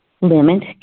Limit